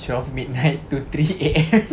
twelve midnight to three A_M